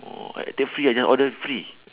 take free ya then all then free